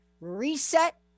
reset